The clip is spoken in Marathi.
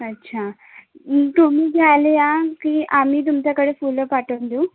अच्छा तुम्ही घ्यायला याल की आम्ही तुमच्याकडे फुलं पाठवून देऊ